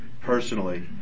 personally